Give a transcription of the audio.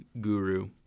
guru